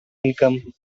income